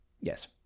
Yes